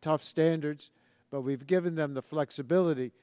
tough standards but we've given them the flexibility